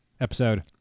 episode